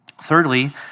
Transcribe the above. Thirdly